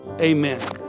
amen